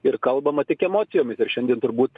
ir kalbama tik emocijomis ir šiandien turbūt